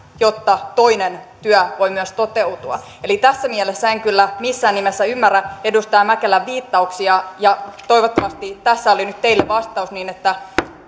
jotta myös toinen työ voi toteutua eli tässä mielessä en kyllä missään nimessä ymmärrä edustaja mäkelän viittauksia ja toivottavasti tässä oli nyt teille vastaus niin että